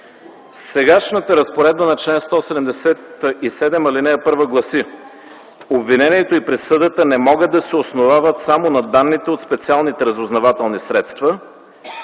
Сегашната разпоредба на чл. 177, ал. 1 гласи: „Обвинението и присъдата не могат да се основават само на данните от специалните разузнавателни средства,